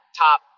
top